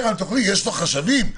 יש לו חשבים,